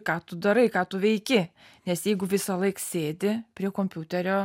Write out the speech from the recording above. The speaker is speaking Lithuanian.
ką tu darai ką tu veiki nes jeigu visąlaik sėdi prie kompiuterio